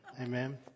Amen